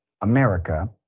America